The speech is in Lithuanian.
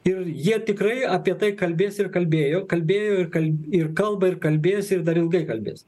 ir jie tikrai apie tai kalbės ir kalbėjo kalbėjo ir kal ir kalba ir kalbės ir dar ilgai kalbės